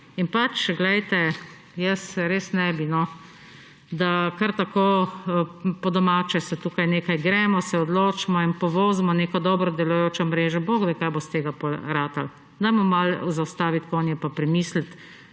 In poglejte, jaz res ne bi, da se kar tako po domače tukaj nekaj gremo, se odločimo in povozimo neko dobro delujočo mreže. Bog vedi, kaj bo s tega potem ratalo. Dajmo malo zaustaviti konje pa premisliti